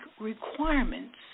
requirements